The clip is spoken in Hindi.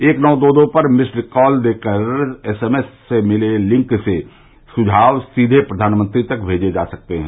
एक नौ दो दो पर मिस्ड कॉल देकर एसएमएस से मिले लिंक से सुझाव सीधे प्रधानमंत्री तक भेजे जा सकते हैं